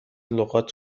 لغات